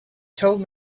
told